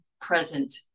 present